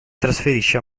trasferisce